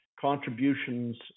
contributions